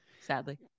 sadly